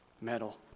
medal